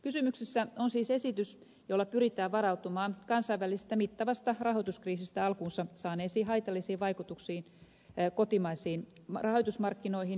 kysymyksessä on siis esitys jolla pyritään varautumaan kansainvälisestä mittavasta rahoituskriisistä alkunsa saaneisiin haitallisiin vaikutuksiin kotimaisilla rahoitusmarkkinoilla